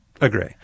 Agree